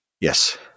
Yes